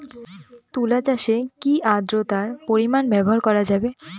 তুলা চাষে কি আদ্রর্তার পরিমাণ ব্যবহার করা যাবে?